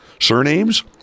surnames